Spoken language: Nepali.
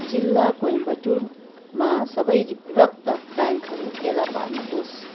जिल्ला कोइम्बटुरमा सबै रक्त ब्याङ्कहरू फेला पार्नुहोस्